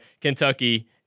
Kentucky